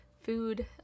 food